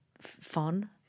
fun